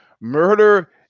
murder